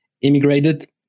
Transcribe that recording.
immigrated